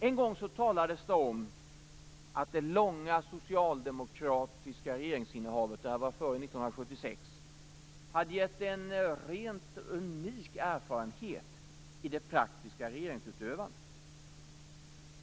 En gång talades det om att det långa socialdemokratiska regeringsinnehavet - det här var före 1976 - hade gett en rent unik erfarenhet i det praktiska regeringsutövandet.